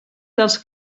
dels